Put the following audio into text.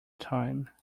time